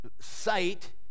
Sight